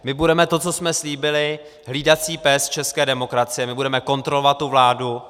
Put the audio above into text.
My budeme to, co jsme slíbili, hlídací pes české demokracie, my budeme kontrolovat tu vládu.